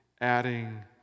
adding